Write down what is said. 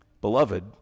Beloved